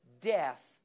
death